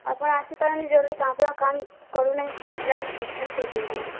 ଆପଣ ଆସିପାରନ୍ତି ଜଲ୍ଦି କାମଫାମ କରୁନାହିଁ ସେ ପିଲାମାନେ କମ୍ପ୍ଲେନ୍ କରୁଛନ୍ତି